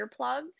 earplugs